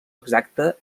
exacta